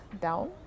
down